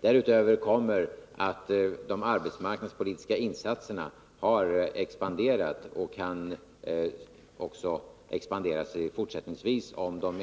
Därutöver kommer att de arbetsmarknadspolitiska insatserna har expanderat och också fortsättningsvis kan expanderas, om de